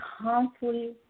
constantly